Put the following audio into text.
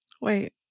Wait